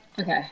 Okay